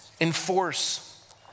enforce